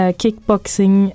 kickboxing